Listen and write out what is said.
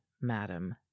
madam